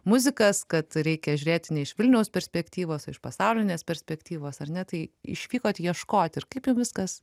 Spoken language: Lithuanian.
muzikas kad reikia žiūrėti ne iš vilniaus perspektyvos o iš pasaulinės perspektyvos ar ne tai išvykot ieškot ir kaip jum viskas